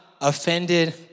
offended